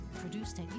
Produced